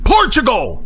Portugal